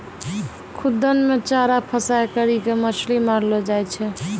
खुद्दन मे चारा फसांय करी के मछली मारलो जाय छै